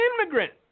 immigrant